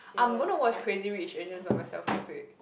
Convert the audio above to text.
I'm gonna watch Crazy Rich Asians by myself next week